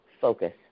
focus